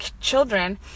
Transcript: children